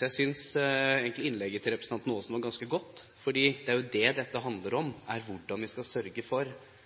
Jeg synes egentlig innlegget til representanten Aasen var ganske godt, fordi det er det dette handler om, hvordan vi skal sørge for